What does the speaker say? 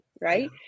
right